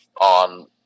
on